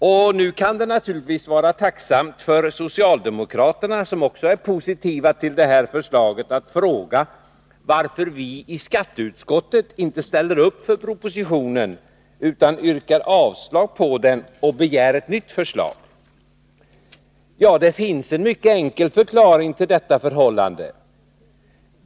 Det kan naturligtvis vara tacksamt för socialdemokraterna, som också är positiva till detta förslag, att nu fråga varför vi i skatteutskottet inte ställer upp för propositionen utan yrkar avslag på den och begär ett nytt förslag. Ja, det finns en mycket enkel förklaring till detta förhållande.